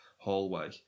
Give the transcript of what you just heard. hallway